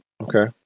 Okay